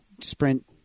Sprint